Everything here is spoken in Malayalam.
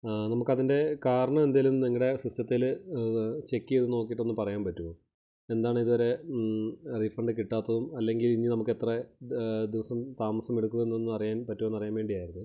നമുക്കതിൻ്റെ കാരണം എന്തേലും നിങ്ങളുടെ സിസ്റ്റത്തില് ചെക്ക് ചെയ്ത് നോക്കിയിട്ടൊന്ന് പറയാൻ പറ്റുവോ എന്താണിതുവരെ റീഫണ്ട് കിട്ടാത്തതും അല്ലെങ്കിൽ ഇനി നമുക്കെത്ര ദിവസം താമസം എടുക്കുവെന്നും ഒന്ന് അറിയാൻ പറ്റുമോ എന്നറിയാൻ വേണ്ടിയായിരുന്നെ